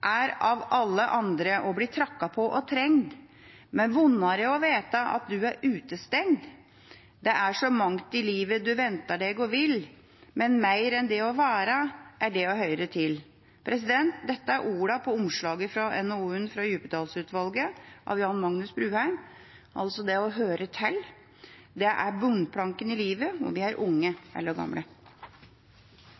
er av alle andre bli trakka på og trengd. Men vondare å veta at du er utestengd. Det er så mangt i livet du ventar deg og vil. Men meir enn det å vera, er det å høyre til. Dette er ordene på omslaget til NOU-en fra Djupedal-utvalget, av Jan-Magnus Bruheim. Det å høre til er bunnplanken i livet, om vi er unge